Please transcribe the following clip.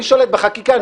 אני שולט בחקיקה,